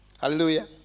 Hallelujah